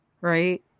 right